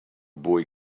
boy